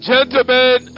Gentlemen